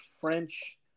French